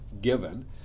given